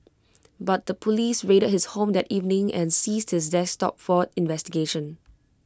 but the Police raided his home that evening and seized his desktop for investigation